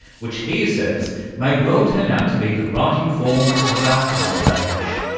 which he asserts may well turn out to be the writing form of our current age.